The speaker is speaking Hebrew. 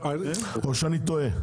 או שאני טועה?